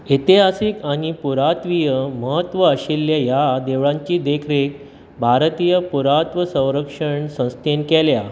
इतिहासीक आनी पुरात्वीय म्हत्व आशिल्ल्या ह्या देवळांची देखरेख भारतीय पुरात्व संरक्षण संस्थेन केल्या